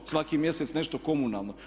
Svaki mjesec nešto komunalno.